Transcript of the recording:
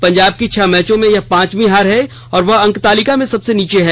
पंजाब की छह मैचों में यह पांचवीं हार है और वह अंक तालिका में सबसे नीचे है